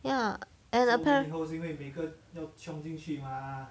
ya and appa~